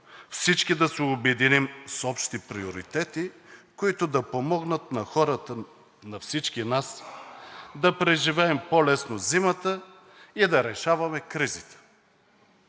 Всички да се обединим с общи приоритети, които да помогнат на хората, на всички нас да преживеем по-лесно зимата и да решаваме кризите.